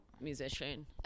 musician